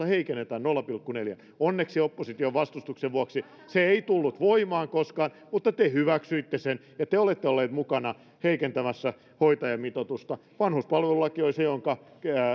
heikennetään nolla pilkku neljään onneksi opposition vastustuksen vuoksi se ei tullut koskaan voimaan mutta te hyväksyitte sen ja olette ollut mukana heikentämässä hoitajamitoitusta vanhuspalvelulaki oli sellainen että